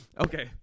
Okay